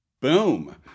Boom